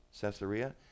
Caesarea